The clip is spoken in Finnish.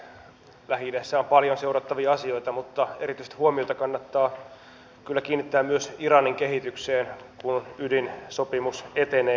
lähi idässä on paljon seurattavia asioita mutta erityistä huomiota kannattaa kyllä kiinnittää myös iranin kehitykseen kun ydinsopimus etenee